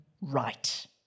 right